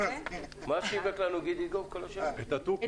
את התוכי.